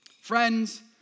Friends